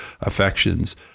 affections